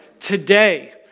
Today